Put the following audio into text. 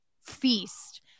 feast